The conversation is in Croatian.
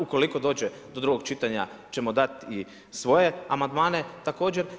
Ukoliko dođe do drugog čitanja ćemo dati i svoje amandmane također.